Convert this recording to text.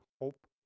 hope